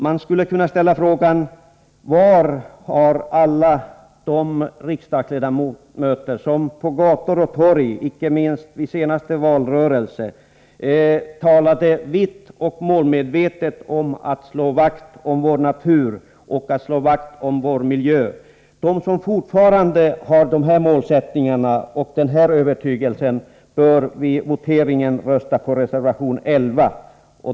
Man kan ställa frågan: Var är alla de riksdagsledamöter som, icke minst inför det senaste valet, på gator och torg talade så målmedvetet om att slå vakt om vår natur och miljö? De som fortfarande har den målsättningen och övertygelsen bör vid voteringen rösta för reservation 11.